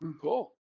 Cool